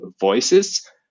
Voices